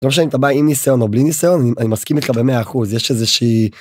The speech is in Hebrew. לא משנה אם אתה בא עם ניסיון או בלי ניסיון, אני מסכים איתך ב-100%, יש איזושהי...